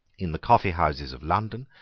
in the coffeehouses of london,